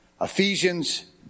Ephesians